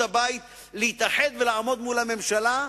הבית להתאחד ולעמוד מול הממשלה ולומר: